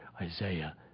Isaiah